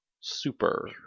Super